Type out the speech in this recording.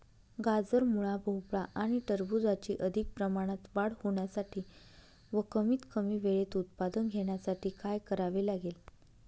गाजर, मुळा, भोपळा आणि टरबूजाची अधिक प्रमाणात वाढ होण्यासाठी व कमीत कमी वेळेत उत्पादन घेण्यासाठी काय करावे लागेल?